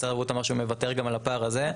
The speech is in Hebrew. משרד הבריאות אמר שהוא מוותר גם על הפער הזה.